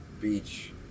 beach